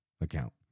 account